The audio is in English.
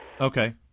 Okay